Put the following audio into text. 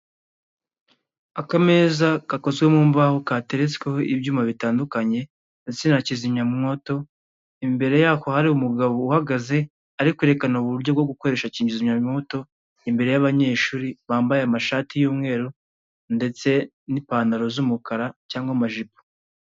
Akameza gakozwe mu mbaho kateretsweho ibyuma bitandukanye ndetse na kizimyamwoto, imbere yako hari umugabo uhagaze ari kwerekana uburyo bwo gukoresha kizamyamwoto imbere y'abanyeshuri, bambaye amashati y'umweru ndetse n'ipantaro z'umukara cyangwa amajipo.